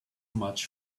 much